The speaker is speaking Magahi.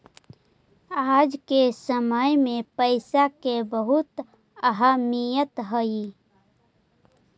आज के समय में पईसा के बहुत अहमीयत हई